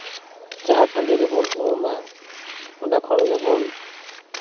ᱡᱟᱦᱟᱸ ᱴᱟᱺᱰᱤ ᱨᱮᱵᱚᱱ ᱩᱢᱟ ᱚᱸᱰᱮ ᱠᱷᱚᱱ ᱜᱮᱵᱚᱱ